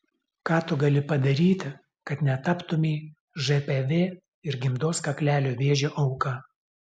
ką tu gali padaryti kad netaptumei žpv ir gimdos kaklelio vėžio auka